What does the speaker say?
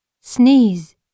sneeze